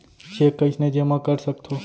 Cheque कईसने जेमा कर सकथो?